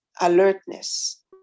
alertness